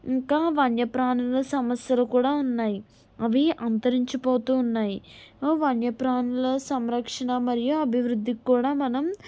ఇంకా వన్యప్రాణులు సమస్యలు కూడా ఉన్నాయి అవి అంతరించిపోతూ ఉన్నాయి వన్యప్రాణుల సంరక్షణ మరియు అభివృద్ధి కూడా మనం